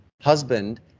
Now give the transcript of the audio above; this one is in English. husband